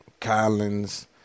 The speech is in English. Collins